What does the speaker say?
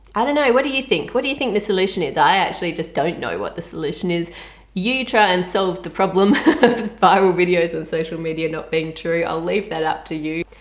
i don't know what do you think what do you think the solution is? i actually just don't know what the solution is you try and solve the problem viral videos on social media not being true i'll leave that up to you.